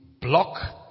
block